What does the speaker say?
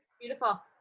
beautiful